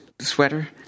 sweater